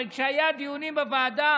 הרי כשהיו הדיונים בוועדה